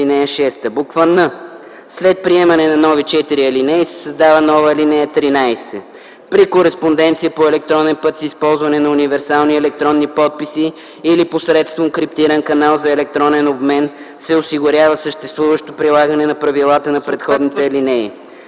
(6).” н) след приемане на нови четири алинеи се създава нова ал. 13: „(13) При кореспонденция по електронен път с използване на универсални електронни подписи или посредством криптиран канал за електронен обмен се осигурява съответстващо прилагане на правилата на предходните алинеи.”